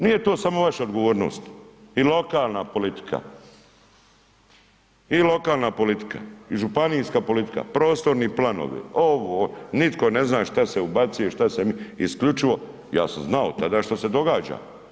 Nije to samo vaša odgovornost i lokalna politika i lokalna politika i županijska politika, prostorni planovi, ovo, nitko ne zna šta se ubacuje, šta se, isključivo, ja sam znao tada šta se događa.